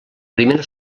primera